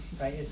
Right